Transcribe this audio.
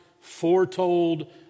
foretold